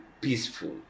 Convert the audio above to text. peaceful